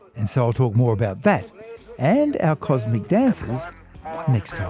and so i'll talk more about that and our cosmic dancers next